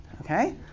Okay